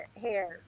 hair